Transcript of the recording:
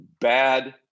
bad